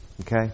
Okay